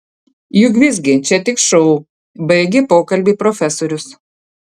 juk visgi čia tik šou baigė pokalbį profesorius